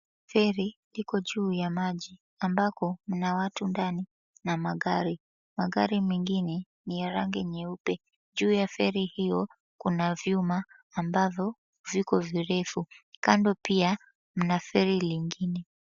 Feri iko juu ya maji ambapo mna watu ndani na magari, magari mengine ni ya rangi nyeupe, juu ya feri hiyo kuna vyuma ambavyo viko virefu, kando pia mna feri ingine.